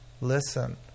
Listen